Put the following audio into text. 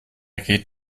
geht